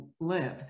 live